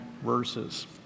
verses